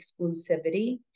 exclusivity